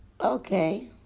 Okay